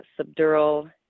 subdural